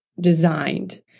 designed